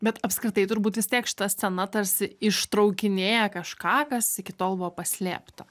bet apskritai turbūt vis tiek šita scena tarsi ištraukinėja kažką kas iki tol buvo paslėpta